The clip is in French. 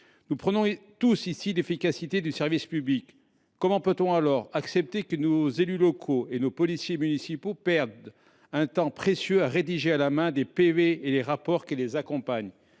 Nous prônons tous ici l’efficacité du service public. Dès lors, comment peut on accepter que nos élus locaux et nos policiers municipaux perdent un temps précieux à rédiger à la main des PV et les rapports qui les accompagnent ?